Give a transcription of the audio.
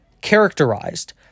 characterized